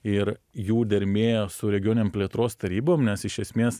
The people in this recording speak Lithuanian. ir jų dermė su regioninėm plėtros tarybom nes iš esmės